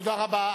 תודה רבה.